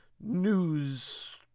news